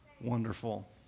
wonderful